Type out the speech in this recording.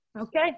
Okay